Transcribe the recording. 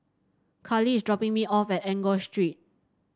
Carli is dropping me off at Enggor Street